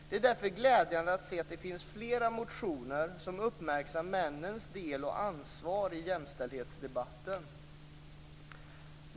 Det är därför glädjande att se att det finns flera motioner som uppmärksammar männens del och ansvar i jämställdhetsdebatten.